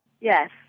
Yes